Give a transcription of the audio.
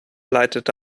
leitete